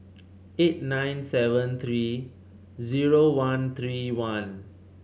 eight nine seven three zero one three one